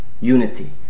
unity